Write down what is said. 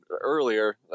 earlier